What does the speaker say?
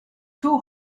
two